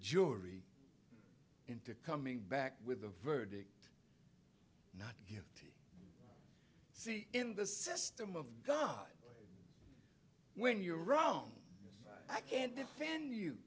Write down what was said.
jury into coming back with a verdict see in the system of god when you're wrong i can't defend you